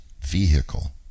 vehicle